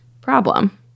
problem